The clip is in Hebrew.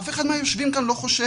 אף אחד מהיושבים כאן לא חושב